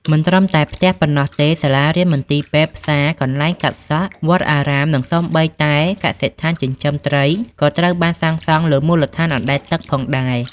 មិនត្រឹមតែផ្ទះប៉ុណ្ណោះទេ សាលារៀន មន្ទីរពេទ្យ ផ្សារ កន្លែងកាត់សក់ វត្តអារាម និងសូម្បីតែកសិដ្ឋានចិញ្ចឹមត្រីក៏ត្រូវបានសាងសង់លើមូលដ្ឋានអណ្ដែតទឹកផងដែរ។